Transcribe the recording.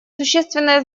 существенное